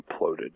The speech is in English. imploded